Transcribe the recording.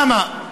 למה?